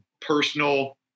personal